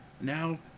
Now